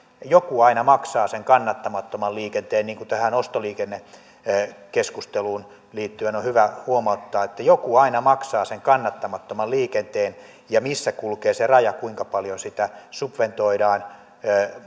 joku aina maksaa sen kannattamattoman liikenteen tähän ostoliikennekeskusteluun liittyen on on hyvä huomauttaa että joku aina maksaa sen kannattamattoman liikenteen ja missä kulkee se raja kuinka paljon sitä subventoidaan